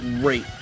great